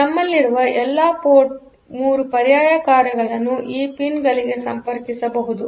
ಆದ್ದರಿಂದನಮ್ಮಲ್ಲಿರುವ ಎಲ್ಲಾ ಪೋರ್ಟ್ 3 ಪರ್ಯಾಯ ಕಾರ್ಯಗಳನ್ನು ಈ ಪಿನ್ ಗಳಿಗೆ ಸಂಪರ್ಕಿಸಬಹುದು